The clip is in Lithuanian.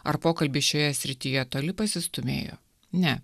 ar pokalbiai šioje srityje toli pasistūmėjo ne